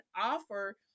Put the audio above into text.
offer